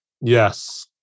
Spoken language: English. Yes